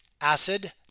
acid